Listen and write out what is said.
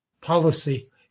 policy